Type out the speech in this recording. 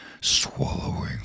swallowing